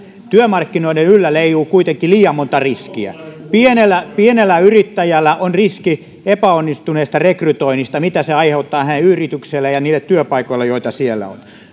työmarkkinoiden yllä leijuu kuitenkin liian monta riskiä pienellä pienellä yrittäjällä on riski epäonnistuneesta rekrytoinnista mitä se aiheuttaa hänen yritykselleen ja niille työpaikoille joita siellä on